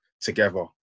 together